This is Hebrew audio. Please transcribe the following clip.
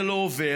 זה לא עובר.